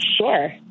sure